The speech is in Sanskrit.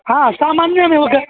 हा सामान्यमेव